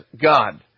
God